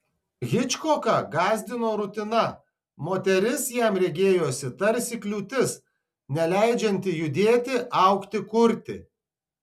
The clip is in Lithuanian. hičkoką gąsdino rutina moteris jam regėjosi tarsi kliūtis neleidžianti judėti augti kurti